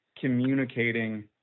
communicating